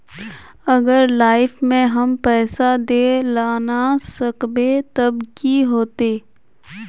अगर लाइफ में हम पैसा दे ला ना सकबे तब की होते?